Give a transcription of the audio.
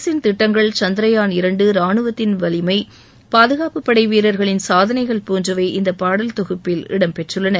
அரசின் திட்டங்கள் சந்திரயான் இரண்டு ராணுவத்தின் வலிமை பாதுகாப்பு படை வீரர்களின் சாதனைகள் போன்றவை இந்த பாடல் தொகுப்பில் இடம்பெற்றுள்ளன